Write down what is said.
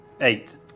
Eight